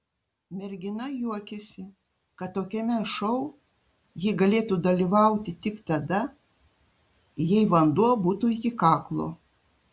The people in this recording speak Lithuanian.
mergina juokėsi kad tokiame šou ji galėtų dalyvauti tik tada jei vanduo būtų iki kaklo